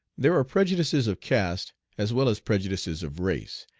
there are prejudices of caste as well as prejudices of race,